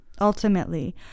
ultimately